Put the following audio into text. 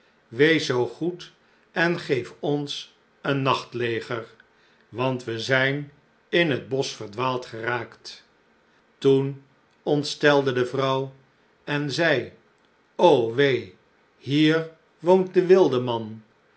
wees zoo goed en geef ons een nachtleger want we zijn in het bosch verdwaald geraakt toen ontstelde de vrouw en zei o wee hier woont de wildeman